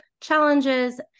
challenges